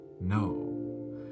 no